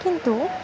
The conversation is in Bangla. কিন্তু